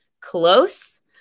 close